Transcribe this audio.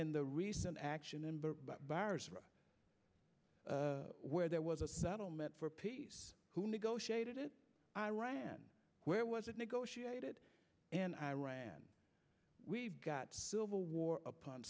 in the recent action in bars where there was a settlement for peace who negotiated it iran where was it negotiated and iran got civil war upon